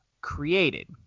created